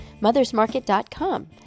mothersmarket.com